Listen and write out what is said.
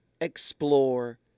explore